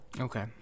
okay